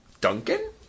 Duncan